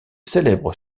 célèbre